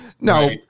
no